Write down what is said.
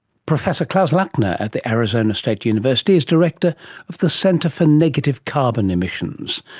professor klaus lackner at the arizona state university is director of the centre for negative carbon emissions.